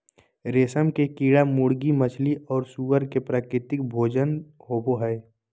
रेशम के कीड़ा मुर्गी, मछली और सूअर के प्राकृतिक भोजन होबा हइ